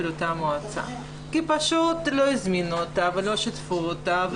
אותה מועצה כי פשוט לא הזמינו אותה ולא שיתפו אותה.